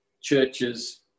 churches